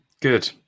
Good